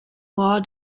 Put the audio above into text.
law